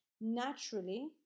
naturally